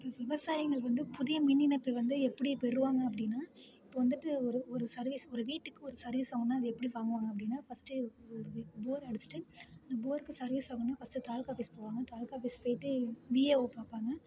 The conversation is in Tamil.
விவசாயிகள் வந்து புதிய மின் இணைப்பு வந்து எப்படி பெறுவாங்க அப்படின்னா இப்போ வந்துட்டு ஒரு ஒரு சர்விஸ் ஒரு வீட்டுக்கு ஒரு சர்விஸ் வாங்கணுன்னா அது எப்படி வாங்குவாங்க அப்படின்னா ஃபஸ்ட்டு போர் அடிச்சுட்டு அந்த போருக்கு சர்விஸ் வாங்குனுன்னா ஃபஸ்ட்டு தாலுக்கா ஆஃபிஷ் போவாங்க தாலுக்கா ஆஃபிஷ் போயிட்டு விஏஓவை பார்ப்பாங்க